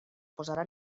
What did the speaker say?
posarà